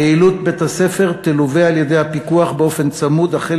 פעילות בית-הספר תלווה על-ידי הפיקוח באופן צמוד החל